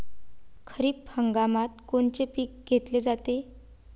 खरिप हंगामात कोनचे पिकं घेतले जाते?